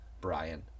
Brian